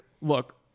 Look